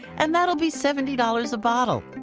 and that will be seventy dollars a bottle